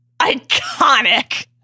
iconic